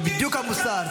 זה בדיוק המוסר.